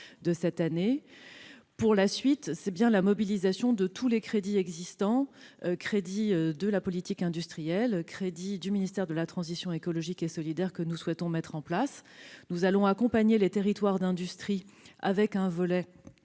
de cette année. Pour la suite, c'est bien la mobilisation de tous les crédits existants- ceux de la politique industrielle et ceux du ministère de la transition écologique et solidaire -que nous souhaitons mettre en place. Nous allons accompagner les territoires d'industrie avec un volet